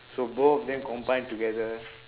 so both of them combine together